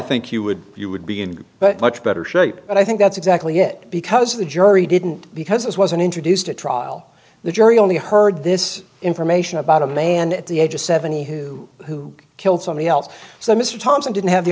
think you would you would be in but much better shape and i think that's exactly it because the jury didn't because this wasn't introduced at trial the jury only heard this information about a man at the age of seventy who who killed somebody else so mr thompson didn't have the